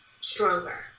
stronger